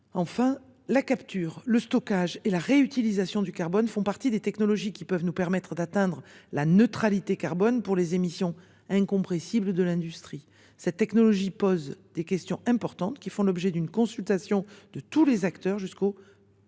Enfin, la capture, le stockage et la réutilisation du carbone font partie des technologies qui peuvent nous permettre d’atteindre la neutralité carbone pour les émissions incompressibles de l’industrie. Cette technologie pose des questions importantes, qui font l’objet d’une consultation de tous les acteurs jusqu’au